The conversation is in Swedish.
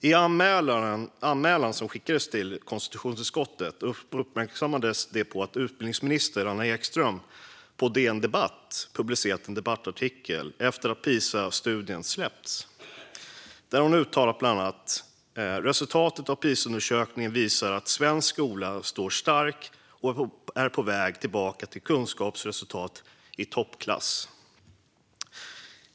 I anmälan som skickades till konstitutionsutskottet uppmärksammades att utbildningsminister Anna Ekström på DN Debatt hade skrivit en debattartikel efter att Pisastudien hade släppts där hon bland annat uttalade: Resultatet av Pisaundersökningen visar att svensk skola står stark och är på väg tillbaka till kunskapsresultat i toppklass.